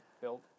built